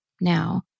now